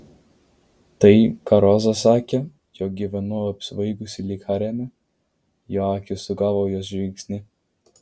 tai ką roza sakė jog gyvenau apsvaigusi lyg hareme jo akys sugavo jos žvilgsnį